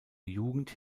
jugend